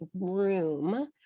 room